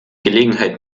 gelegenheit